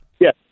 Yes